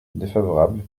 défavorable